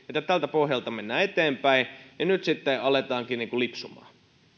että tältä pohjalta mennään eteenpäin ettei sitten aleta lipsumaan